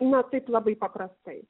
na taip labai paprastai